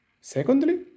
Secondly